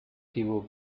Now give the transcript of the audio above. he’ll